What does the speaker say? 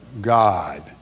God